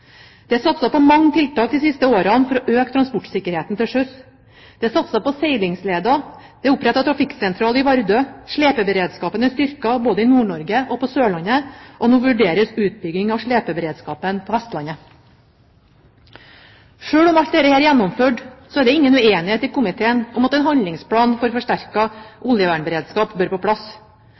Det er satset på mange tiltak de siste årene for å øke transportsikkerheten til sjøs. Det er satset på seilingsleder, det er opprettet trafikksentral i Vardø, og slepeberedskapen er styrket både i Nord-Norge og på Sørlandet. Nå vurderes utbygging av slepeberedskapen på Vestlandet. Selv om alt dette er gjennomført, er det ingen uenighet i komiteen om at en handlingsplan for forsterket oljevernberedskap bør på plass.